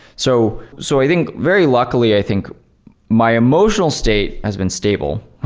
so so i think very luckily, i think my emotional state has been stable,